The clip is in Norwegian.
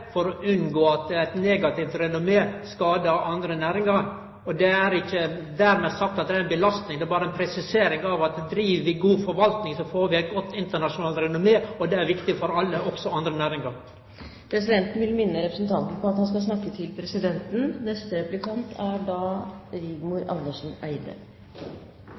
for å unngå at eit negativt renommé skadar andre næringar. Det er ikkje dermed sagt at det er ei belastning, det er berre ei presisering av at dersom vi driv god forvalting, får vi eit godt internasjonalt renommé. Det er viktig for alle, òg andre næringar. I meldingen kan vi lese at grunnen til at konsesjonsordningen for selfangst er satt på vent, er at mange skuter er